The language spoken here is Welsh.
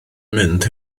mynd